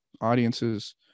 audiences